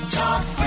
Talk